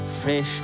fresh